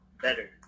better